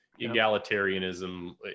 Egalitarianism